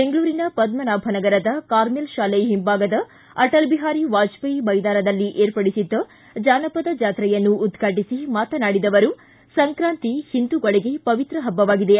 ಬೆಂಗಳೂರಿನ ಪದ್ಮನಾಭನಗರದ ಕಾರ್ಮೆಲ್ ಶಾಲೆ ಹಿಂಭಾಗದ ಅಟಲ್ ಬಿಹಾರಿ ವಾಜಪೇಯಿ ಮೈದಾನದಲ್ಲಿ ಏರ್ಪಡಿಸಿದ್ದ ಜಾನಪದ ಜಾತ್ರೆಯನ್ನು ಉದ್ಘಾಟಿಸಿ ಮಾತನಾಡಿದ ಅವರು ಸಂಕ್ರಾಂತಿ ಹಿಂದುಗಳಿಗೆ ಪವಿತ್ರ ಪಬ್ಬವಾಗಿದೆ